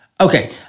Okay